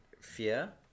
fear